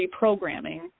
reprogramming